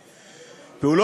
ב.